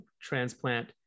transplant